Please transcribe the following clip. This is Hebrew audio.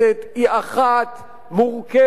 היא אחת מורכבת,